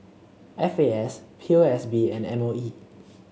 F A S P O S B and M O E